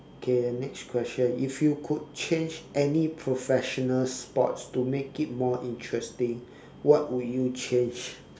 K the next question if you could change any professional sport to make it more interesting what would you change